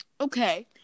okay